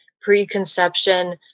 preconception